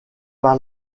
par